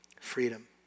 freedom